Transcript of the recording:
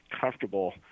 comfortable